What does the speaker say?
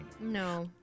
No